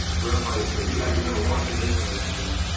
verify this. but you guys were going to launch an eight and. and